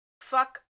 fuck